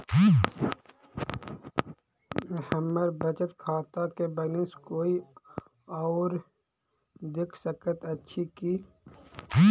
हम्मर बचत खाता केँ बैलेंस कोय आओर देख सकैत अछि की